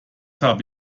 habe